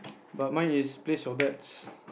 but mine is place your bets